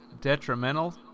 Detrimental